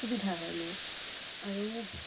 সুবিধা হয় মোৰ আৰু